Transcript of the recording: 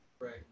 Right